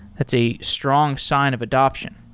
that's a strong sign of adaption.